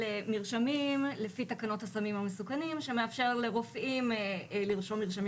מרשמים לפי תקנות הסמים המסוכנים שמאפשר לרופאים לרשום מרשמים